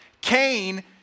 Cain